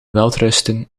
welterusten